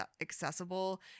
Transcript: accessible